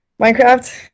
Minecraft